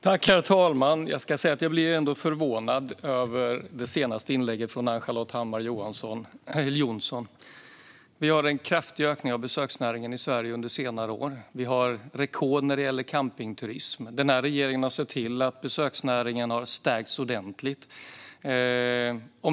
Herr talman! Jag måste säga att jag blir förvånad över det senaste inlägget från Ann-Charlotte Hammar Johnsson. Vi har haft en kraftig ökning av besöksnäringen i Sverige under senare år. Vi har satt rekord när det gäller campingturism. Den här regeringen har sett till att besöksnäringen har stärkts ordentligt.